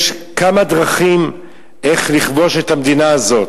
יש כמה דרכים איך לכבוש את המדינה הזאת.